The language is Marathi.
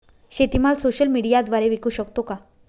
शेतीमाल सोशल मीडियाद्वारे विकू शकतो का?